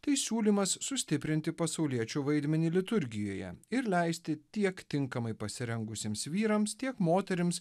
tai siūlymas sustiprinti pasauliečių vaidmenį liturgijoje ir leisti tiek tinkamai pasirengusiems vyrams tiek moterims